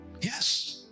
Yes